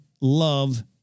love